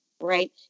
right